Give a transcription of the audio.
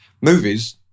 Movies